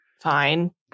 fine